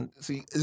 see